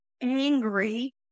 angry